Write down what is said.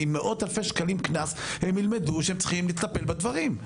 ועם מאות אלפי שקלים קנס הם ילמדו שהם צריכים לטפל בדברים.